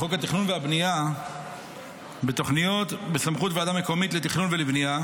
לחוק התכנון והבנייה בתוכניות בסמכות ועדה מקומית לתכנון ולבנייה.